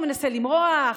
הוא מנסה למרוח,